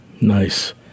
Nice